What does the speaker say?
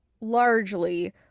largely